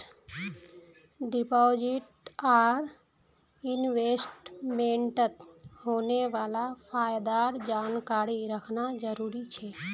deposit आर इन्वेस्टमेंटत होने वाला फायदार जानकारी रखना जरुरी छे